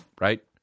right